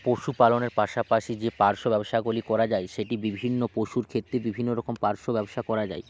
পশুপালনের পাশাপাশি যে পার্শ্ব ব্যবসাগুলি করা যায় সেটি বিভিন্ন পশুর ক্ষেত্রে বিভিন্ন রকম পার্শ্ব ব্যবসা করা যায়